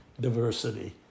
diversity